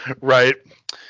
Right